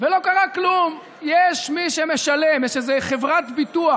ולא קרה כלום, יש מי שמשלם, יש איזו חברת ביטוח.